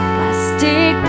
Plastic